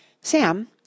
Sam